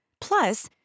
Plus